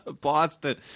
Boston